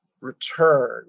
return